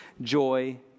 joy